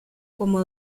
como